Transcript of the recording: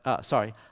sorry